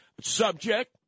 Subject